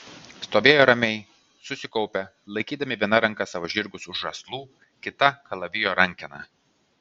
stovėjo ramiai susikaupę laikydami viena ranka savo žirgus už žąslų kita kalavijo rankeną